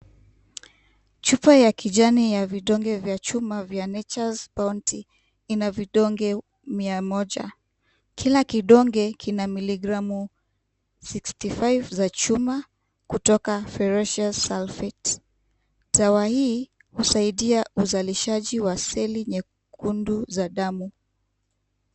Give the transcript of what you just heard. Chupa ya kijani ya vidonge vya chuma ya nature bounty .Ina vidonge mia moja. Kila kidonge kina miligramu sixty five za chuma kutoka ferocious sulphate .Dawa hii husaidia uzalishaji wa seli nyekundu za damu.